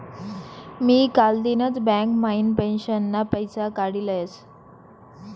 मी कालदिनच बँक म्हाइन पेंशनना पैसा काडी लयस